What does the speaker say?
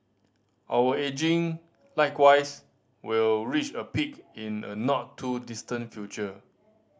our ageing likewise will reach a peak in a not too distant future